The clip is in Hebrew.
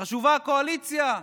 חשובה הקואליציה?